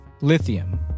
lithium